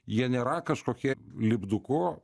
jie nėra kažkokie lipduku